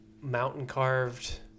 mountain-carved